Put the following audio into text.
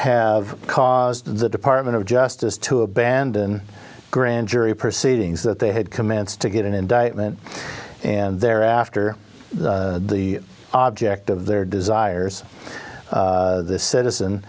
have caused the department of justice to abandon grand jury proceedings that they had commenced to get an indictment and thereafter the object of their desires this citizen